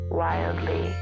wildly